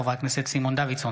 חברי הכנסת סימון דוידסון,